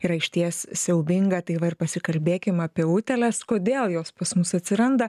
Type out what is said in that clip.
yra išties siaubinga tai va ir pasikalbėkim apie utėles kodėl jos pas mus atsiranda